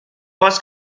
was